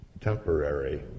temporary